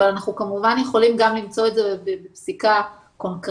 אבל אנחנו כמובן יכולים גם למצוא את זה בפסיקה קונקרטית.